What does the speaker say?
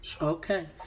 Okay